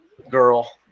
girl